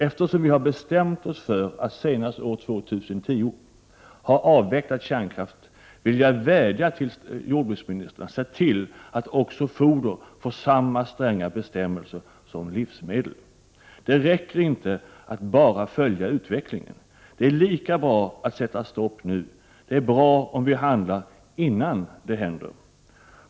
Eftersom vi bestämt oss för att senast år 2010 ha avvecklat kärnkraften, vill jag vädja till jordbruksministern att se till att samma stränga bestämmelser införs för foder som gäller för livsmedel. Det räcker inte med att bara följa utvecklingen. Det är lika bra att sätta stopp nu. Det är bra om vi handlar innan det händer något.